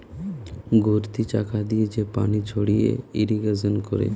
ঘুরতি চাকা দিয়ে যে পানি ছড়িয়ে ইরিগেশন করে